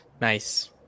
Nice